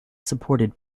supported